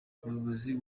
umuyobozi